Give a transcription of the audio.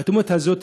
האטימות הזאת,